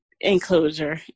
enclosure